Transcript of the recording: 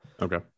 Okay